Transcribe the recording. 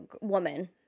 woman